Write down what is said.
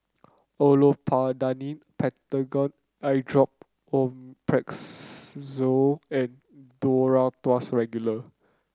Olopatadine Patanol Eyedrop and Duro Tuss Regular